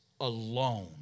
alone